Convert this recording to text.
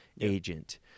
agent